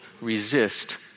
resist